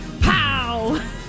Pow